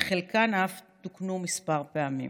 וחלקן אף תוקנו כמה פעמים.